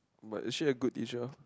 but is she a good teacher